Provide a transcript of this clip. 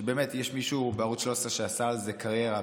שבאמת יש מישהו בערוץ 13 שעשה על זה קריירה,